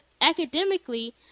academically